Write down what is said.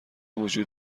وجود